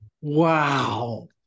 Wow